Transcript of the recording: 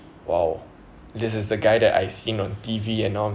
!wow! this is the guy that I seeing on T_V_ and all